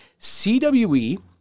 CWE